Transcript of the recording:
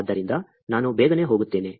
ಆದ್ದರಿಂದ ನಾನು ಬೇಗನೆ ಹೋಗುತ್ತೇನೆ